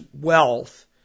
wealth